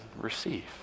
receive